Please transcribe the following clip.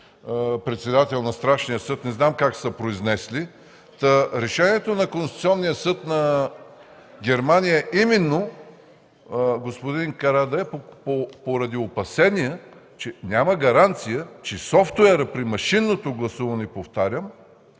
председател на Страшния съд. Не знам как са се произнесли. Решението на Конституционния съд на Германия, господин Карадайъ, е именно поради опасение, че няма гаранция, че софтуерът при машинното гласуване – повтарям